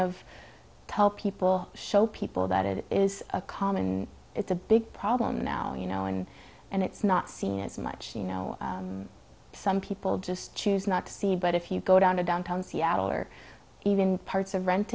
of tell people show people that it is a common it's a big problem now you know and and it's not seen as much you know some people just choose not to see but if you go down to downtown seattle or even parts of rent